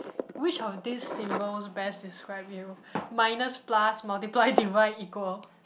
which of these symbols best describe you minus plus multiply divide equal